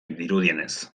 dirudienez